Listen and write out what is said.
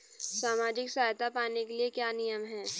सामाजिक सहायता पाने के लिए क्या नियम हैं?